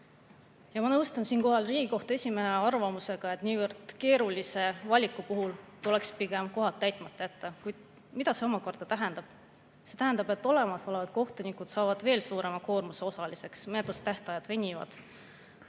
Ma nõustun siinkohal Riigikohtu esimehe arvamusega, et niivõrd keerulise valiku puhul tuleks pigem kohad täitmata jätta. Kuid mida see omakorda tähendab? See tähendab, et olemasolevad kohtunikud saavad veel suurema koormuse osaliseks, menetlustähtajad venivad.